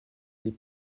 les